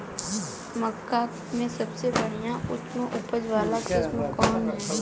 मक्का में सबसे बढ़िया उच्च उपज वाला किस्म कौन ह?